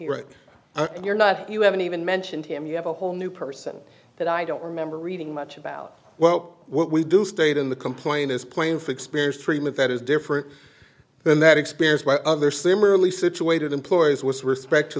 here and you're not you haven't even mentioned him you have a whole new person that i don't remember reading much about well what we do state in the complaint is playing for experience treatment that is different than that experienced by other similarly situated employees with respect to